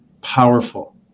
powerful